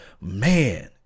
man